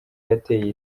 yateye